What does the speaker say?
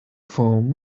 foam